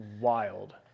wild